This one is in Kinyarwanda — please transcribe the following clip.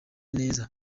neza